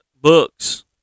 books